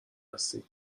هستیم